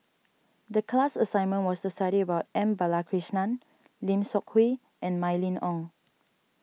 the class assignment was to study about N Balakrishnan Lim Seok Hui and Mylene Ong